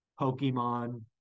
Pokemon